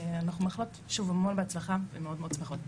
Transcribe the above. ואנחנו מאחלות שוב המון בהצלחה ומאוד מאוד שמחות.